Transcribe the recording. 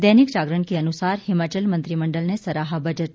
दैनिक जारगण के अनुसार हिमाचल मंत्रिमंडल ने सराहा बजट